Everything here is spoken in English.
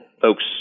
folks